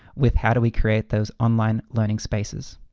with how do we create those online learning spaces?